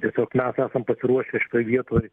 tiesiog mes esam pasiruošę šitoj vietoj